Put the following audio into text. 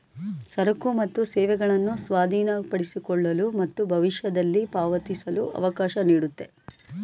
ಸರಕು ಮತ್ತು ಸೇವೆಗಳನ್ನು ಸ್ವಾಧೀನಪಡಿಸಿಕೊಳ್ಳಲು ಮತ್ತು ಭವಿಷ್ಯದಲ್ಲಿ ಪಾವತಿಸಲು ಅವಕಾಶ ನೀಡುತ್ತೆ